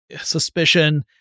suspicion